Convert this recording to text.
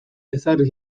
ezarri